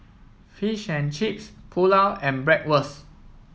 Fish and Chips Pulao and Bratwurst